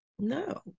No